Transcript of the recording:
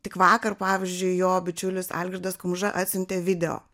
tik vakar pavyzdžiui jo bičiulis algirdas kumža atsiuntė video